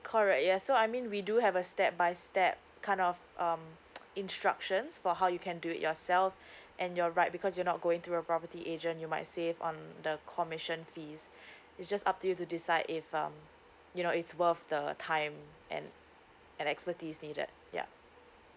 correct yes so I mean we do have a step by step kind of um instructions for how you can do it yourself and you're right because you're not going through a property agent you might save on the commission fees it's just up to you to decide if um you know it's worth the time and and expertise needed ya